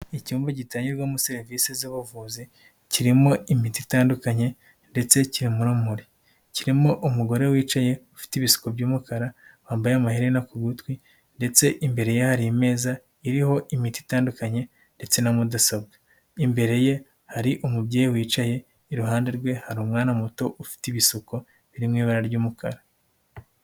Icyumba gitangirwamo serivisi z'ubuvuzi, kirimo imiti itandukanye ndetse kirimo urumuri. Kirimo umugore wicaye ufite ibisuko by'umukara, wambaye amaherena ku gutwi, ndetse imbere ye hari imeza iriho imiti itandukanye, ndetse na mudasobwa. Imbere ye hari umubyeyi wicaye, iruhande rwe hari umwana muto ufite ibisuko birimo ibara ry'umukara.